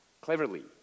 cleverly